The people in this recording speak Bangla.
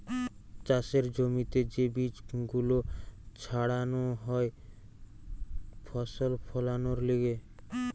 চাষের জমিতে যে বীজ গুলো ছাড়ানো হয় ফসল ফোলানোর লিগে